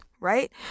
right